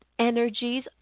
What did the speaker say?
energies